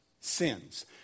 sins